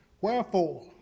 Wherefore